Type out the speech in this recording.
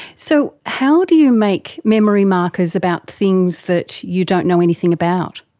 so how do you make memory markers about things that you don't know anything about?